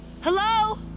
hello